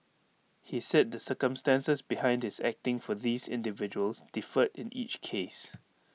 he said the circumstances behind this acting for these individuals differed in each case